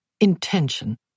intention